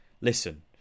listen